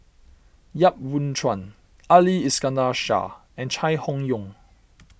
Yap Boon Chuan Ali Iskandar Shah and Chai Hon Yoong